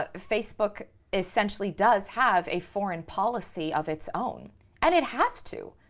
ah facebook essentially does have a foreign policy of its own and it has to,